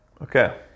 Okay